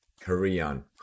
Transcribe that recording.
Korean